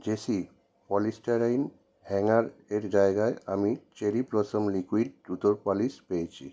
JC polystyrene hanger এর জায়গায় আমি চেরি ব্লসম লিকুইড জুতোর পালিশ পেয়েছি